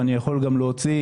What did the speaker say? ואני יכול גם להוציא